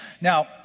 Now